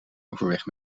overweg